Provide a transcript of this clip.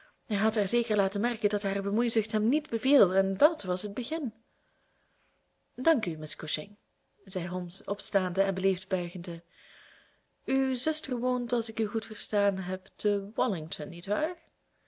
hij had haar zeker laten merken dat haar bemoeizucht hem niet beviel en dat was het begin dank u miss cushing zeide holmes opstaande en beleefd buigende uw zuster woont als ik u goed verstaan heb te wallington niet waar